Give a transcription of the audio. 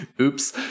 oops